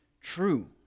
true